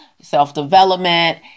self-development